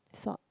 sort